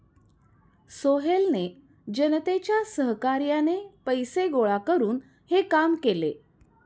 सोहेलने जनतेच्या सहकार्याने पैसे गोळा करून हे काम केले